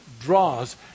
Draws